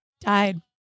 died